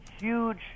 huge